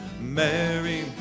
mary